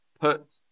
put